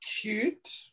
cute